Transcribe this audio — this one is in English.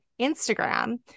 Instagram